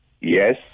Yes